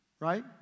right